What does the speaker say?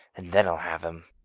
and then i'll have him,